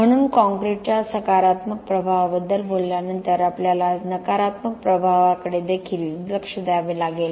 म्हणून कॉंक्रिटच्या सकारात्मक प्रभावाबद्दल बोलल्यानंतर आपल्याला नकारात्मक प्रभावाकडे देखील लक्ष द्यावे लागेल